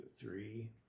three